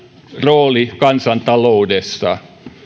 rooli kansantaloudessa